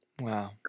Wow